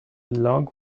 long